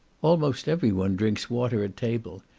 almost every one drinks water at table,